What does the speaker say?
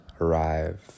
arrive